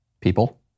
people